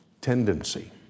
tendency